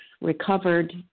recovered